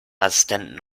assistenten